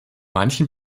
manchen